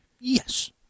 Yes